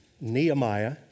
Nehemiah